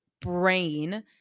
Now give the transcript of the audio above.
brain